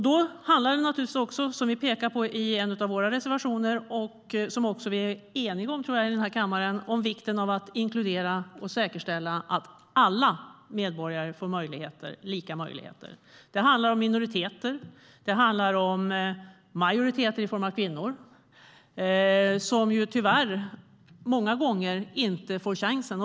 Det handlar naturligtvis också om, som vi pekar på i en av våra reservationer och som jag tror att vi är eniga om i kammaren, vikten av att inkludera och säkerställa att alla medborgare får lika möjligheter. Det handlar om minoriteter och majoriteter i form av kvinnor, som tyvärr många gånger inte får chansen.